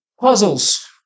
Puzzles